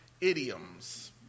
idioms